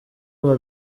uwa